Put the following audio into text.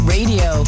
Radio